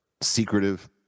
secretive